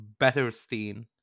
Betterstein